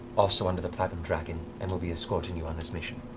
also under the platinum dragon and will be escorting you on this mission.